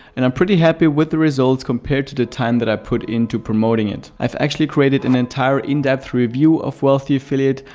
and i'm pretty happy with the results compared to the time that i put into promoting it. i've actually created an entire in-depth review of wealthy affiliate,